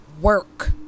work